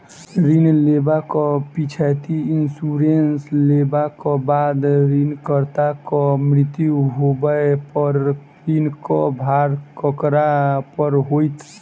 ऋण लेबाक पिछैती इन्सुरेंस लेबाक बाद ऋणकर्ताक मृत्यु होबय पर ऋणक भार ककरा पर होइत?